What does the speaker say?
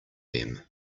them